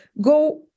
go